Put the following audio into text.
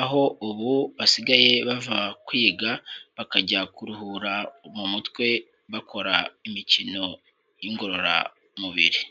aho ubu basigaye bava kwiga bakajya kuruhura mu mutwe bakora imikino ngororamubiri.